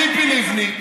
ציפי לבני,